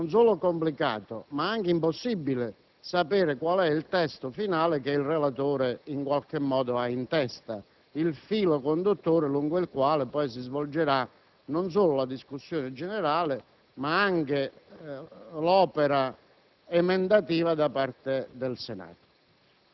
non solo complicato, ma addirittura impossibile sapere quale sia il testo finale che il relatore ha in mente, ovvero il filo conduttore lungo il quale si svolgerà non solo la discussione generale, ma anche l'opera emendativa da parte del Senato.